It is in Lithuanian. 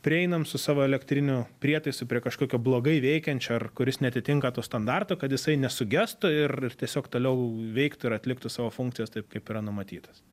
prieinam su savo elektriniu prietaisu prie kažkokio blogai veikiančio ar kuris neatitinka to standarto kad jisai nesugestų ir tiesiog toliau veiktų ir atliktų savo funkcijas taip kaip yra numatytas